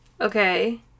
Okay